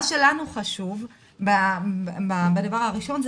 מה שלנו חשוב בדבר הראשון,